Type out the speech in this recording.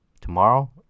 tomorrow